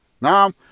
now